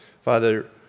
Father